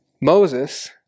Moses